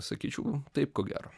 sakyčiau taip ko gero